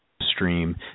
stream